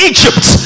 Egypt